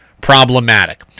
problematic